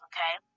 Okay